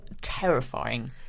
terrifying